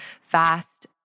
fast